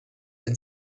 ein